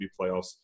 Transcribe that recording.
playoffs